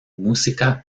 música